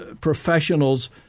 professionals